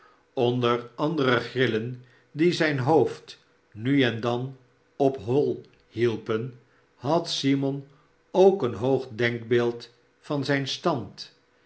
onder andere grillen die zijn hoofd nu en dan op hoi hielpen had simon ook een hoog denkbeeld van zijn stand